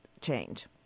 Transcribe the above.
change